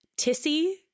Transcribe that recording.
Tissy